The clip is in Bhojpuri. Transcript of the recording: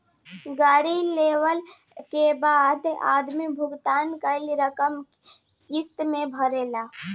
गाड़ी लेला के बाद आदमी भुगतान कईल रकम किस्त में भरेला